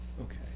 Okay